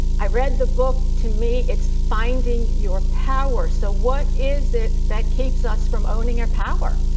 i read the book. to me it's finding your power. so what is it that keeps us from owning our power?